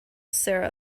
sarah